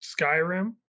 Skyrim